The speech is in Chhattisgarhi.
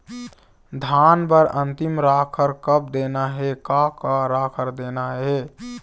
धान बर अन्तिम राखर कब देना हे, का का राखर देना हे?